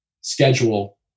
schedule